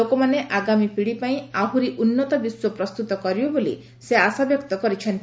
ଲୋକମାନେ ଆଗାମୀ ପିଢ଼ୀ ପାଇଁ ଆହୁରି ଉନ୍ନତ ବିଶ୍ୱ ପ୍ରସ୍ତୁତ କରିବେ ବୋଲି ସେ ଆଶାବ୍ୟକ୍ତ କରିଛନ୍ତି